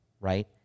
right